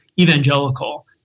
evangelical